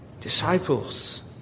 disciples